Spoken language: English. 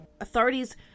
Authorities